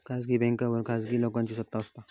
खासगी बॅन्कांवर खासगी लोकांची सत्ता असता